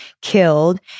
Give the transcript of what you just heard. killed